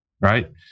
right